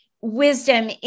wisdom